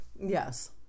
Yes